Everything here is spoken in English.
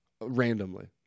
Randomly